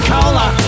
Cola